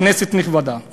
כנסת נכבדה,